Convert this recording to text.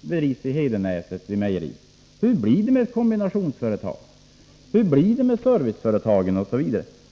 bedrivs vid mejeriet i Hedenäset? Hur blir det med kombinationsföretagen? Hur blir det med serviceföretagen?